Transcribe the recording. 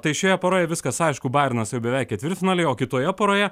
tai šioje poroj viskas aišku bajernas jau beveik ketvirtfinaly o kitoje poroje